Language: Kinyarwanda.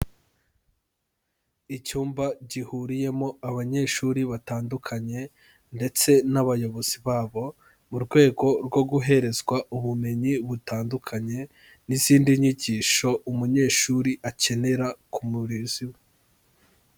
Icyumba gihuriyemo abanyeshuri batandukanye ndetse n'abayobozi babo, mu rwego rwo guherezwa ubumenyi butandukanye, n'izindi nyigisho umunyeshuri akenera ku murezi we.